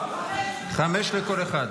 חמש לכל אחד.